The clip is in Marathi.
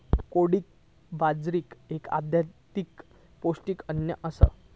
कोडो बाजरी एक अत्यधिक पौष्टिक अन्न आसा